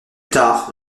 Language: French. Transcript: tard